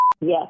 Yes